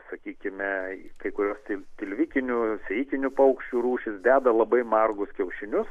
sakykime kai kurios til tilvikinių sritinių paukščių rūšys deda labai margus kiaušinius